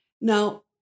Now